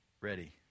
ready